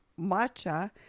matcha